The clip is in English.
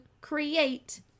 create